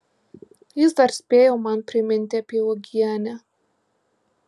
jis dar spėjo man priminti apie uogienę